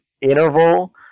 interval